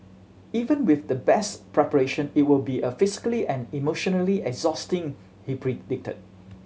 even with the best preparation it will be a physically and emotionally exhausting he predicted